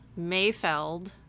Mayfeld